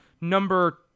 number